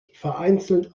vereinzelt